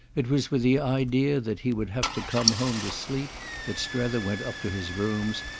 it was with the idea that he would have to come home to sleep that strether went up to his rooms,